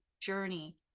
journey